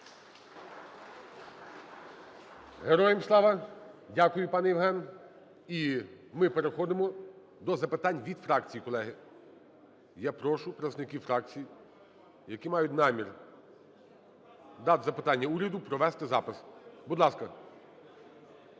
Героям слава! Дякую, пане Євген. І ми переходимо до запитань від фракцій, колеги. Я прошу представників фракцій, які мають намір дати запитання уряду, провести запис. Будь ласка.